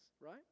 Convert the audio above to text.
right